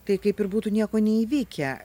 tai kaip ir būtų nieko neįvykę